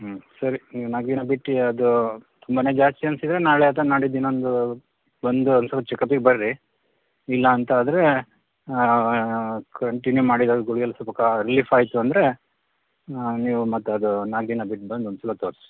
ಸರಿ ನೀವು ನಾಲ್ಕು ದಿನ ಬಿಟ್ಟು ಅದು ತುಂಬ ಜಾಸ್ತಿ ಅನಿಸಿದರೆ ನಾಳೆ ಅಥವಾ ನಾಡಿದ್ದು ಇನ್ನೊಂದು ಬಂದು ಒಂದು ಸಲ ಚೆಕಪ್ಪಿಗೆ ಬರ್ರಿ ಇಲ್ಲ ಅಂತಾದರೆ ಕಂಟಿನ್ಯೂ ಮಾಡಿರೋ ಗುಳಿಗೇಲಿ ಸ್ವಲ್ಪ ಕ ರಿಲೀಫ್ ಆಯಿತು ಅಂದರೆ ನೀವು ಮತ್ತದು ನಾಲ್ಕು ದಿನ ಬಿಟ್ಟು ಬಂದು ಒಂದು ಸಲ ತೋರಿಸಿ